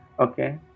Okay